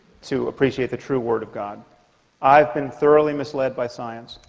to appreciate the true word of god i've been thoroughly misled by science